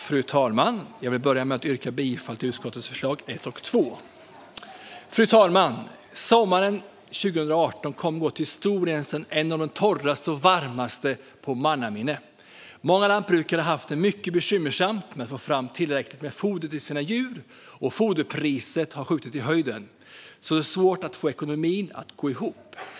Fru talman! Jag vill börja med att yrka bifall till utskottets förslag under punkterna 1 och 2. Fru talman! Sommaren 2018 kommer att gå till historien som en av de torraste och varmaste i mannaminne. Många lantbrukare har haft det mycket bekymmersamt med att få fram tillräckligt med foder till sina djur. Foderpriset har skjutit i höjden, så det är svårt att få ekonomin att gå ihop.